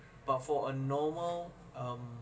but for a normal um